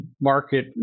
market